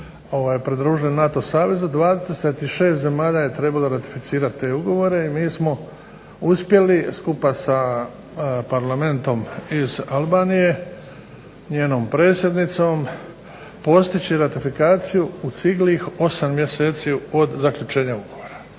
pridružili NATO savezu 26 zemalja je trebalo ratificirati te ugovore i mi smo uspjeli skupa sa parlamentom iz Albanije, njenom predsjednicom, postići ratifikaciju u ciglih 8 mjeseci od zaključenja ugovora.